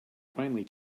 finally